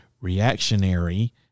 reactionary